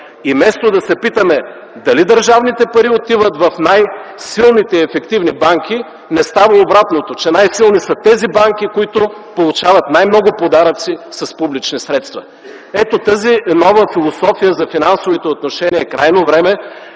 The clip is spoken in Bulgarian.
и вместо да се питаме дали държавните пари отиват в най-силните и ефективни банки, не става обратното – че най-силни са тези банки, които получават най-много подаръци с публични средства. Ето тази нова философия за финансовите отношения е крайно време